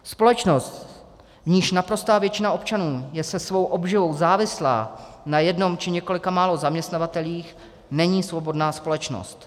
Společnost, v níž naprostá většina občanů je se svou obživou závislá na jednom či několika málo zaměstnavatelích, není svobodná společnost.